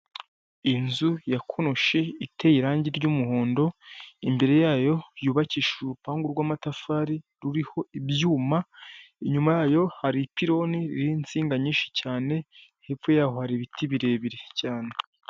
Inzu yakonoshi iteye irangi ry'umuhondo, imbere yayo yubakishije urupangu rw'amatafari ruriho ibyuma inyuma yayo hari ipironi ririho n'insinga nyinshi cyane hepfo y'aho hari ibiti birebire cyane.